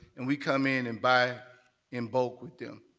and we come in and buy in bulk with them.